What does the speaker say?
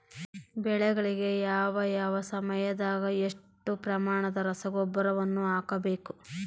ಬೆಳೆಗಳಿಗೆ ಯಾವ ಯಾವ ಸಮಯದಾಗ ಎಷ್ಟು ಪ್ರಮಾಣದ ರಸಗೊಬ್ಬರವನ್ನು ಹಾಕಬೇಕು?